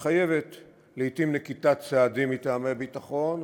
מחייב לעתים נקיטת צעדים מטעמי ביטחון,